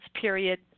period